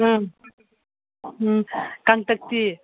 ꯎꯝ ꯎꯝ ꯀꯡꯇꯛꯇꯤ